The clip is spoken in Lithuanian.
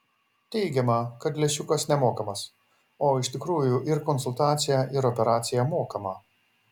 teigiama kad lęšiukas nemokamas o iš tikrųjų ir konsultacija ir operacija mokama